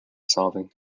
solving